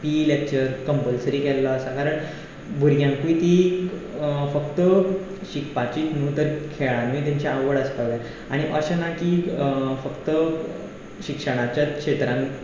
P E lecture compulsory केल्लो आसा कारण भुरग्यांकूय ती फक्त शिकपाचीच न्हू तर खेळांतूय तेंची आवड आसपाक जाय आनी अशें ना की फक्त शिक्षणाच्याच क्षेत्रांत